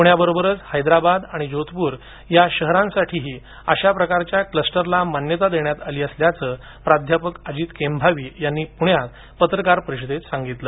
पुण्याबरोबरच हैद्राबाद आणि जोधपूर या शहरांसाठीही अशा प्रकारच्या क्लस्टरला मान्यता देण्यात आली आल्याचं प्राध्यापक अजित केंभावी यांनी पुण्यात पत्रकार परिषदेत सांगितलं